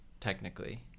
technically